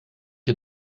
ihr